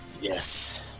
Yes